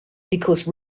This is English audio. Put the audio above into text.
because